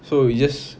so he just